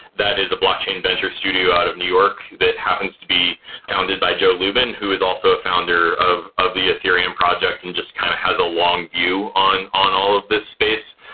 that is a block chain venture studio out of new york that happens to be founded by joe luban who is also a founder of of the ethereum project and just kind of has a long view on on all of this space.